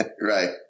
Right